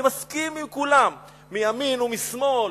אני מסכים עם כולם: מימין משמאל,